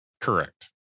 Correct